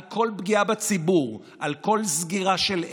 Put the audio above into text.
על כל פגיעה בציבור, על כל סגירה של עסק,